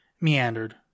meandered